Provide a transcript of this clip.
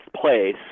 place